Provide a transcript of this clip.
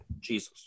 Jesus